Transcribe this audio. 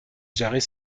jarrets